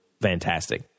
fantastic